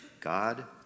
God